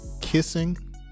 kissing